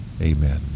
Amen